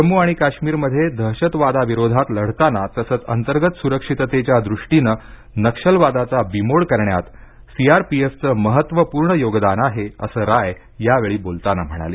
जम्मू आणि काश्मीरमध्ये दहशतवादाविरोधात लढताना तसंच अंतर्गत सुरक्षिततेच्या दृष्टीनं नक्षलवादाचा बिमोड करण्यातसीआरपीएफचं महत्त्वपूर्ण योगदान आहे असं राय यावेळी बोलताना म्हणाले